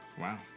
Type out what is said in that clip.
Wow